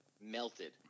melted